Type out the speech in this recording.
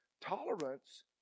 tolerance